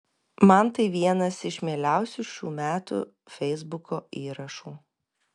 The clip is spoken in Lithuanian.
man tai vienas iš mieliausių šių metų feisbuko įrašų